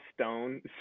stone